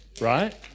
right